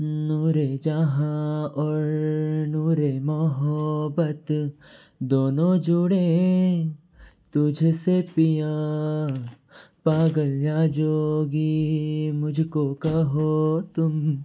नूरे जहाँ और नुरे मोहोब्बत दोनों जुडे तुझसे पिया पागल या जोगी मुझको कहो तुम